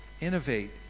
innovate